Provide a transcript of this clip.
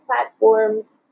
platforms